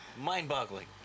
Mind-boggling